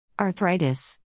Arthritis